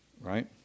Right